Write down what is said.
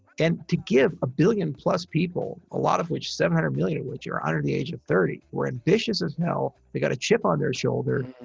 and to give a billion plus people, a lot of which, seven hundred million of which are under the age of thirty were ambitious as hell. they got a chip on their shoulder.